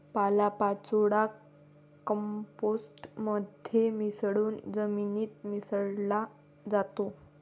पालापाचोळा कंपोस्ट मध्ये मिसळून जमिनीत मिसळला जातो